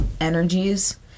energies